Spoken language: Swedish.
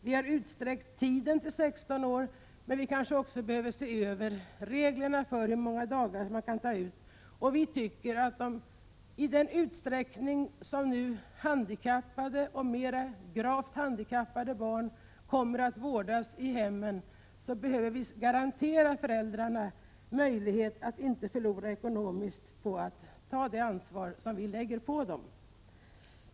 Vi har tidigare utsträckt tiden så att den gäller upp till 16 års ålder, men kanske borde man också se över reglerna för antalet dagar. I den utsträckning handikappade barn, och särskilt mera gravt handikappade, kommer att vårdas i hemmen behöver vi ge föräldrarna en garanti för att de inte förlorar ekonomiskt på att ta det ansvar vi lägger på dem.